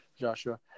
Joshua